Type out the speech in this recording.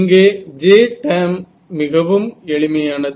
இங்கே J term மிகவும் எளிமையானது